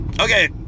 Okay